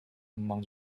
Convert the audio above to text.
among